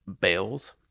Bales